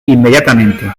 inmediatamente